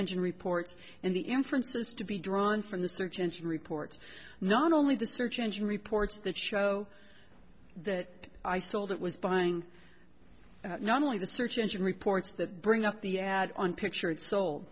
engine reports and the inferences to be drawn from the search engine reports not only the search engine reports that show that i sold it was buying not only the search engine reports that bring up the ad on picture